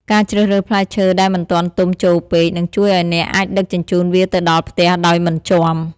ការជ្រើសរើសផ្លែឈើដែលមិនទាន់ទុំជោរពេក នឹងជួយឱ្យអ្នកអាចដឹកជញ្ជូនវាទៅដល់ផ្ទះដោយមិនជាំ។